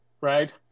right